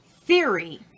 theory